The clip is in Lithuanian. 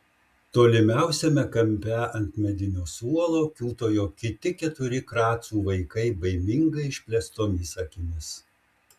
tolimiausiame kampe ant medinio suolo kiūtojo kiti keturi kracų vaikai baimingai išplėstomis akimis